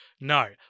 no